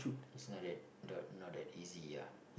it's not that the not that easy ah